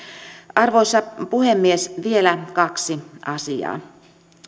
arvoisa puhemies vielä kaksi asiaa